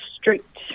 strict